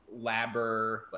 labber